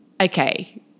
Okay